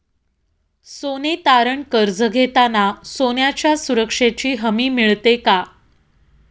सोने तारण कर्ज घेताना सोन्याच्या सुरक्षेची हमी मिळते का?